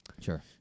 Sure